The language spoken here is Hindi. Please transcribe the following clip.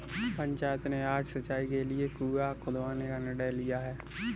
पंचायत ने आज सिंचाई के लिए कुआं खुदवाने का निर्णय लिया है